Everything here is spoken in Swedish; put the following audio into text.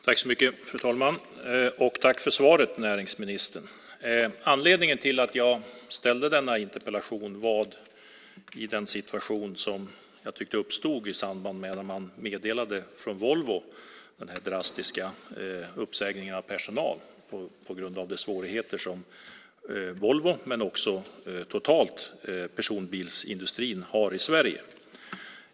Fru talman! Jag tackar näringsministern för svaret. Anledningen till att jag ställde denna interpellation var den situation som jag tyckte uppstod i samband med att man från Volvo meddelade dessa drastiska uppsägningar av personal på grund av de svårigheter som Volvo men även personbilsindustrin totalt har i Sverige.